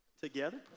together